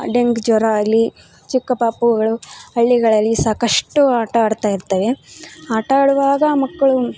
dengue ಜ್ವರ ಆಗ್ಲಿ ಚಿಕ್ಕ ಪಾಪುಗಳು ಹಳ್ಳಿಗಳಲ್ಲಿ ಸಾಕಷ್ಟು ಆಟ ಆಡ್ತಾಯಿರ್ತವೆ ಆಟಾಡುವಾಗ ಆ ಮಕ್ಕಳು